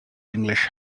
english